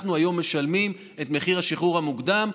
אנחנו היום משלמים את מחיר השחרור המוקדם,